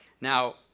Now